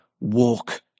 walk